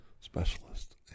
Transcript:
specialist